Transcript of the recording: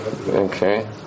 Okay